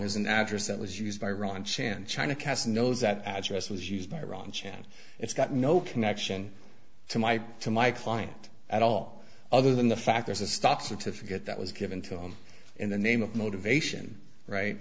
is an address that was used by ron chan china cast knows that address was used by iran chan it's got no connection to my to my client at all other than the fact there's a stock certificate that was given to him in the name of motivation right